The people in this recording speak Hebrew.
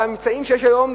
באמצעים שיש היום,